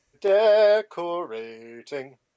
decorating